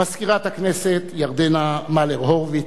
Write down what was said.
מזכירת הכנסת ירדנה מלר-הורוביץ,